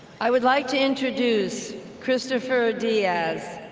i would like to introduce kristoffer diazz,